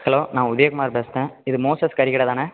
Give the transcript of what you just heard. hello நான் உதயகுமார் பேசுறேன் இது மோசஸ் கறி கடை தானே